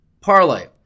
parlay